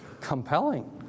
compelling